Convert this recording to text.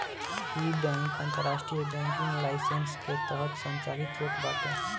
इ बैंक अंतरराष्ट्रीय banking licence के तहत संचालित होत बाटे